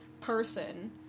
person